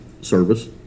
service